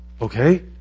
okay